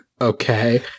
Okay